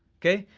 okay?